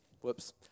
whoops